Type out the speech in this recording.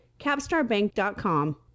capstarbank.com